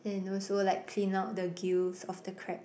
and also like clean out the gills of the crab